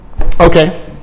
Okay